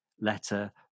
letter